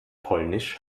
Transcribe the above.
polnisch